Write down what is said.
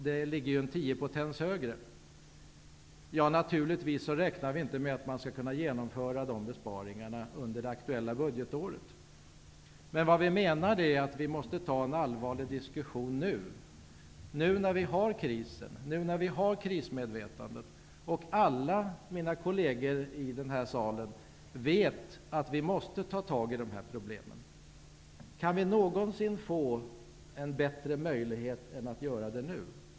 De ligger ju en 10-potens högre. Ja, naturligtvis räknar vi inte med att man skall kunna genomföra de besparingarna under det aktuella budgetåret, men vi menar att det är nödvändigt att ta en allvarlig diskussion nu, när det är kris och när det finns ett krismedvetande. Alla mina kolleger i den här salen vet att vi måste ta tag i problemen. Kan vi någonsin få en bättre möjlighet att göra det än nu?